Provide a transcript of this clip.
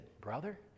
brother